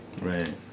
Right